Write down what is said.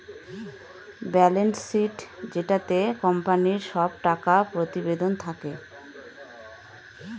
balance sheet যেটাতে কোম্পানির সব টাকা প্রতিবেদন থাকে